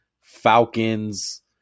Falcons